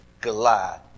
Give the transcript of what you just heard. Goliath